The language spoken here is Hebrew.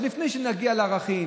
עוד לפני שנגיע לערכים,